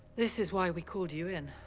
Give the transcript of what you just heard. this is why we called you in.